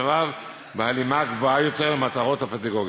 משאביו בהלימה גבוהה יותר למטרות הפדגוגיות.